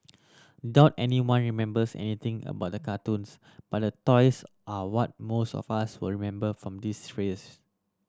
doubt anyone remembers anything about the cartoons but the toys are what most of us will remember from this series